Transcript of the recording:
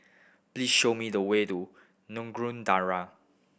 please show me the way to Nagore Dargah